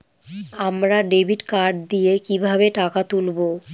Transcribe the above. আমরা debit card দিয়ে কিভাবে টাকা তুলবো?